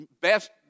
Best